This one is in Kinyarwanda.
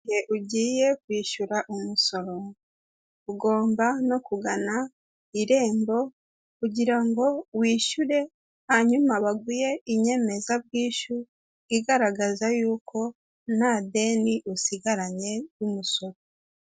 Igihe ugiye kwishyura umusoro, ugomba no kugana irembo kugira ngo wishyure, hanyuma baguhe inyemezabwishyu igaragaza yuko nta deni usigaranye ry'umusoro.